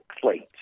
plate